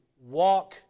walk